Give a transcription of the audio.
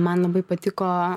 man labai patiko